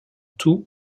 tout